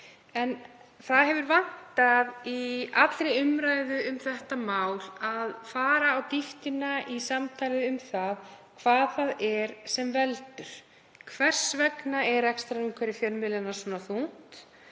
Það hefur vantað, í allri umræðu um þetta mál, að fara á dýptina í samtali um það hvað veldur. Hvers vegna er rekstrarumhverfi fjölmiðlanna svona þungt?